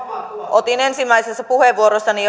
otin ensimmäisessä puheenvuorossani